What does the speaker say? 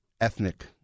ethnic